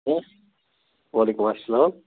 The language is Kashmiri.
سر وعلیکُم اسلام